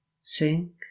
sink